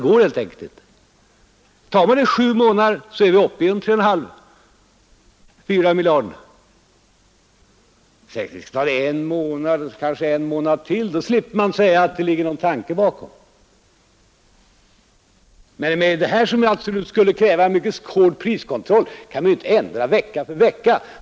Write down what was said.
Om sju månader är man uppe i 3,5—4 miljarder kronor. Säkerligen tar det en månad, och sedan kanske en månad till, och då slipper man säga att det ligger någon tanke bakom. Men det här, som absolut skulle kräva en mycket hård priskontroll, kan man inte ändra vecka för vecka.